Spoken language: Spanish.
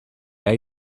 hay